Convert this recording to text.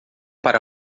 para